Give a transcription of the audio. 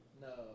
No